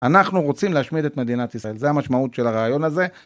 אנחנו רוצים להשמיד את מדינת ישראל, זה המשמעות של הרעיון הזה.